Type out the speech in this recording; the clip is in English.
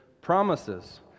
promises